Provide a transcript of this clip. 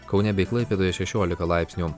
kaune bei klaipėdoj šešiolika laipsnių